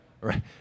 Right